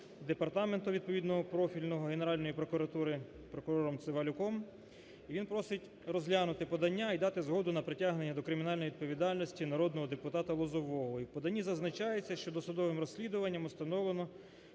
Департаменту відповідного профільного Генеральної прокуратури прокурором Севалюком. І він просить розглянути подання і дати згоду на притягнення до кримінальної відповідальності народного депутата Лозового. І в поданні зазначається, що досудовим розслідуванням установлено,